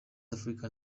africa